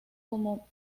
como